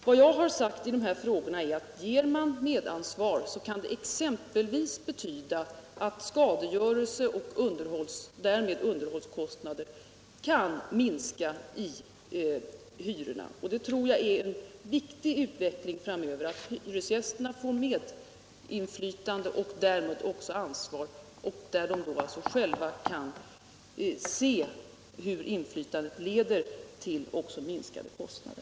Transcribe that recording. Vad jag sagt i dessa frågor är att ett medansvar exempelvis kan komma att betyda att skadegörelse och därmed underhållskostnader minskar, vilket också påverkar hyrorna. Jag tror att det är ett viktigt inslag i den framtida utvecklingen att hyresgästerna får medinflytande och därmed ansvar, så att de själva kan se att inflytandet också leder till minskade kostnader.